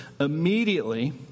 immediately